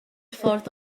ffordd